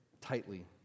tightly